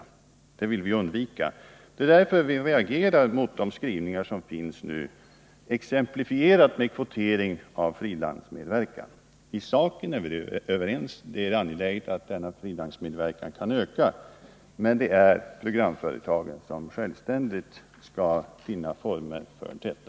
Detta vill vi undvika, och det är därför som vi reagerar mot de skrivningar som finns nu, t.ex. om med en kvotering av frilansmedverkan. I sak är vi överens om att det är angeläget att denna frilansmedverkan ökar, men jag anser att det är programföretaget som självständigt skall finna former för detta.